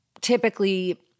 typically